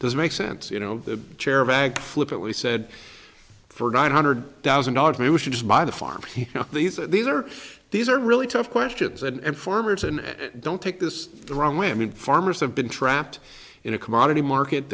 does make sense you know the chair of ag flippantly said for nine hundred thousand dollars mean we should just buy the farm these these are these are really tough questions and farmers and don't take this the wrong way i mean farmers have been trapped in a commodity market